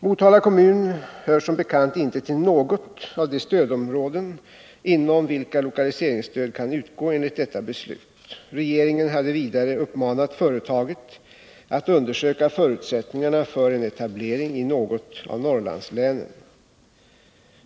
Motala kommun hör som bekant inte till något av de stödområden inom vilka lokaliseringsstöd kan utgå enligt detta beslut. Regeringen hade vidare uppmanat företaget att undersöka förutsättningarna för en etablering i något av Norrlandslänen.